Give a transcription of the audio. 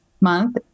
month